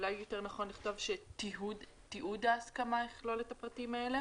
אבל אולי יותר נכון לכתוב שתיעוד ההסכמה יכלול את הפרטים האלה?